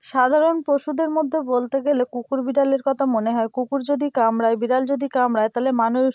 সাধারণ পশুদের মধ্যে বলতে গেলে কুকুর বিড়ালের কথা মনে হয় কুকুর যদি কামড়ায় বিড়াল যদি কামড়ায় তাহলে মানুষ